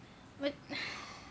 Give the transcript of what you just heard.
but